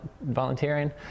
volunteering